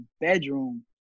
bedroom